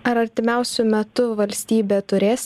ar artimiausiu metu valstybė turės